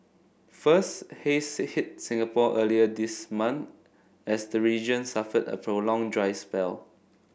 first haze hit Singapore earlier this month as the region suffered a prolonged dry spell